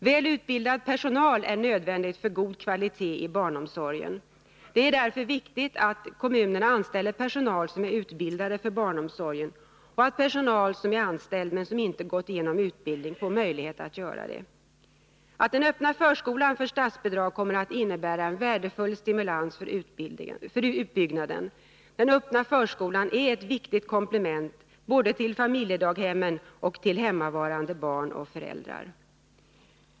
Väl utbildad personal är nödvändig för god kvalitet i barnomsorgen. Det är därför viktigt att kommunerna anställer personal som är utbildad för barnomsorgen och att personal som är anställd men ej genomgått utbildning får möjlighet att göra detta. Att den öppna förskolan får statsbidrag kommer att innebära en värdefull stimulans för utbyggnaden. Den öppna förskolan är ett viktigt komplement både till familjedaghemmen och till hemmavarande barn och föräldrar.